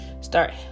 start